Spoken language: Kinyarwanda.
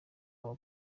aba